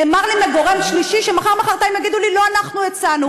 נאמר לי מגורם שלישי שמחר-מחרתיים יגידו לי: לא אנחנו הצענו.